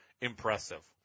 impressive